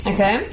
Okay